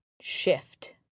shift